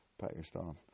pakistan